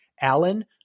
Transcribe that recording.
Alan